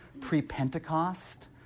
pre-Pentecost